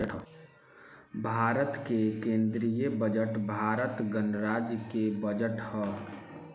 भारत के केंदीय बजट भारत गणराज्य के बजट ह